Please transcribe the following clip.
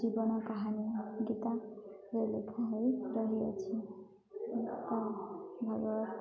ଜୀବନ କାହାଣୀ ଗୀତାରେ ଲେଖା ହୋଇ ରହିଅଛି ତା ଭଲ